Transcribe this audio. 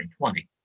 2020